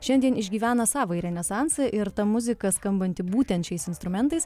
šiandien išgyvena savąjį renesansą ir ta muzika skambanti būtent šiais instrumentais